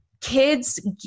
kids